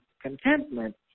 contentment